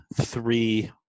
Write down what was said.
three